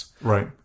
Right